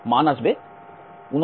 মান আসবে 2960